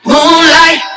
Moonlight